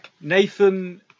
Nathan